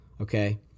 okay